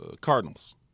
Cardinals